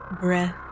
breath